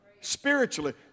Spiritually